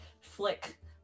flick